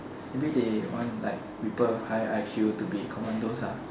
maybe they want like people high I_Q to be commandos